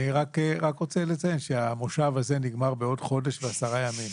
אני רק רוצה לציין שהמושב הזה נגמר בעוד חודש ו-10 ימים.